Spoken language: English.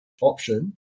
option